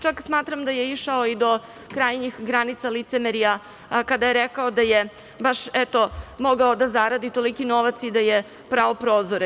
Čak smatram da je išao i do krajnjih granica licemerja kada je rekao da je baš eto mogao da zaradi toliki novac i da je prao prozore.